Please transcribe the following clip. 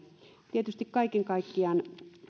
tietysti kaiken kaikkiaan